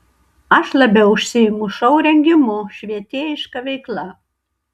aš labiau užsiimu šou rengimu švietėjiška veikla